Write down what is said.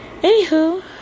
Anywho